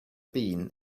bean